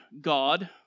God